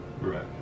right